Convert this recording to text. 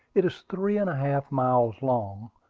it is three and a half miles long,